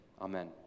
Amen